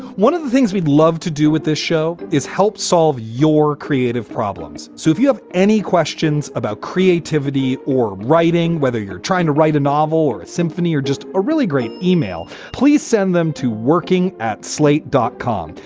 one of the things we'd love to do with this show is help solve your creative problems. so if you have any questions about creativity or writing, whether you're trying to write a novel or symphony or just a really great email, please send them to working at slate dot com.